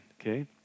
okay